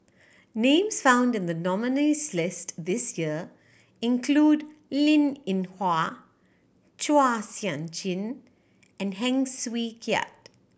names found in the nominees' list this year include Linn In Hua Chua Sian Chin and Heng Swee Keat